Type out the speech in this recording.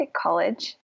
college